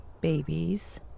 babies